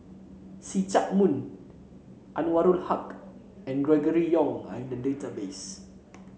See Chak Mun Anwarul Haque and Gregory Yong are in the database